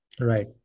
Right